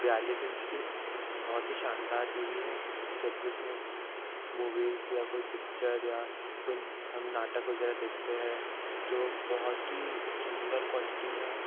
बयालीस इंच की बहुत ही शानदार टी वी है जब भी उसमें मूवीज या कोई पिक्चर या कोई हम नाटक वगैरह देखते है तो बहुत ही सुन्दर क्वालिटी में